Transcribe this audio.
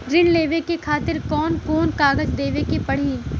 ऋण लेवे के खातिर कौन कोन कागज देवे के पढ़ही?